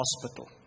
hospital